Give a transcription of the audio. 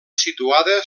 situada